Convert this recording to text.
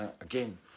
again